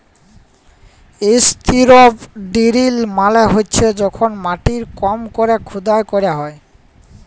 strip drill মালে হছে যখল মাটির কম ক্যরে খুদাই ক্যরা হ্যয়